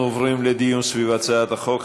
אנחנו עוברים לדיון בהצעת החוק.